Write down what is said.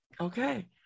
Okay